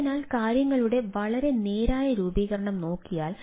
അതിനാൽ കാര്യങ്ങളുടെ വളരെ നേരായ രൂപീകരണം നോക്കിയാൽ